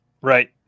Right